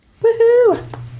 Woohoo